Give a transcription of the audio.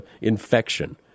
infection